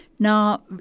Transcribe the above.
Now